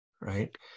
right